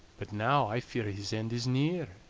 but now i fear his end is near,